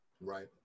Right